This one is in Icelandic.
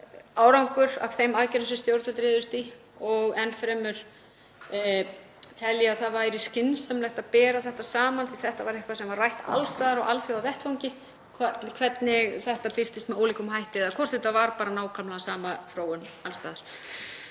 meta árangur af þeim aðgerðum sem stjórnvöld réðust í. Enn fremur tel ég að það væri skynsamlegt að bera þetta saman, því þetta var eitthvað sem var rætt alls staðar á alþjóðavettvangi, hvort þetta birtist með ólíkum hætti eða hvort þetta væri bara nákvæmlega sama þróun alls staðar.